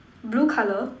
blue colour